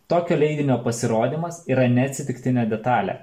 tokio leidinio pasirodymas yra neatsitiktinė detalė